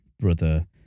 brother